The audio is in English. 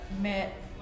met